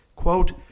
quote